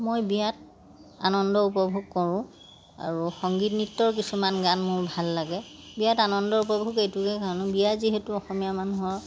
মই বিয়াত আনন্দ উপভোগ কৰোঁ আৰু সংগীত নৃত্যৰ কিছুমান গান মোৰ ভাল লাগে বিয়াত আনন্দ উপভোগ এইটোৱে কাৰণ বিয়াত যিহেতু অসমীয়া মানুহৰ